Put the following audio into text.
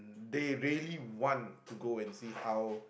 they really want to go and see how